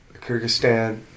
Kyrgyzstan